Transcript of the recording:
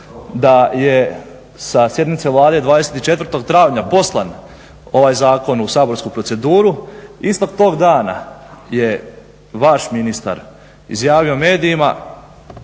da je sa sjednice Vlade 24. travnja poslan ovaj zakon u saborsku proceduru istog tog dana je vaš ministar izjavio medijima